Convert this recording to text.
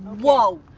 whoa.